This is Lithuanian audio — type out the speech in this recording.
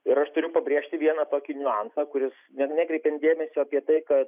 ir aš turiu pabrėžti vieną tokį niuansą kuris ne nekreipiant dėmesio apie tai kad